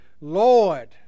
Lord